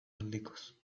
aldikoz